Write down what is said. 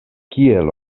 kiel